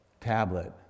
tablet